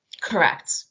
Correct